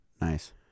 Nice